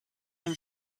and